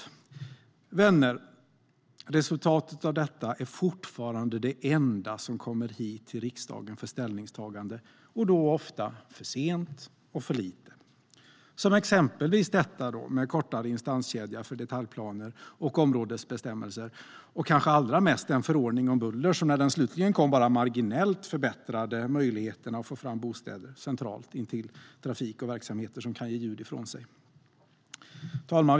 Vänner! Resultatet av detta är fortfarande det enda som kommer hit till riksdagen för ställningstagande, då ofta för sent och för lite. Det gäller exempelvis kortare instanskedja för detaljplaner och områdesbestämmelser och kanske allra mest den förordning om buller som, när den slutligen kom, bara marginellt förbättrade möjligheterna att få fram bostäder centralt intill trafik och verksamheter som kan ge ljud ifrån sig. Herr talman!